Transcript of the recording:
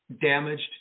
damaged